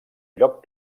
lloc